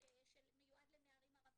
שמיועד לנערים ערבים.